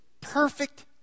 perfect